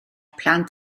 plant